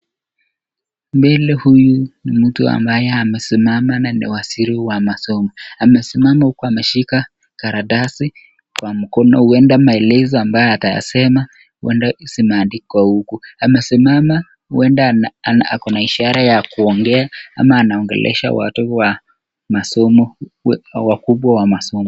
Mbele huyu ni mtu ambaye amesimama na ni waziri wa masomo. Amesimama huku ameshika karatasi kwa mkono huenda maelezo ambayo atayasema huenda zimeandikwa huku. Amesimama huenda ana ako na ishara ya kuongea ama anaongelesha watu wa masomo wakubwa wa masomo.